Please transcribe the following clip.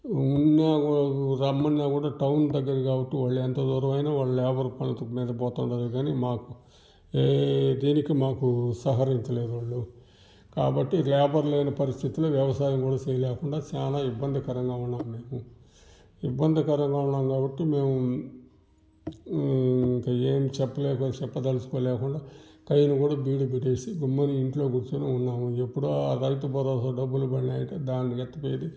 ఉన్నా రమ్మన్నా కూడా టౌన్ దగ్గర కాబట్టి వాళ్ళ ఎంత దూరమైనా లేబర్ పనుల మీద పోతు ఉన్నారు రు కానీ మాకు దేనికి మాకు సహకరించలేదు వాళ్ళు కాబట్టి లేబర్ లేని పరిస్థితుల్లో వ్యవసాయం కూడా చేయలేకుండా చాల ఇబ్బందికరంగా ఉన్నాను మేము ఇబ్బందికరంగా ఉన్నాము కాబట్టి మేము ఇంకా ఏమి చెప్పలేని చెప్పదలుచుకో లేకుండా పైరు కూడా బీడుకు పెట్టి గమ్ముని ఇంట్లో కూర్చొని ఉన్నాము ఎప్పుడు ఆ రైతు భరోసా డబ్బులు పడినాయి అంటే దాన్ని ఎత్తిపోయిది